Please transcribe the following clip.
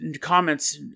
comments